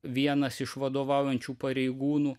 vienas iš vadovaujančių pareigūnų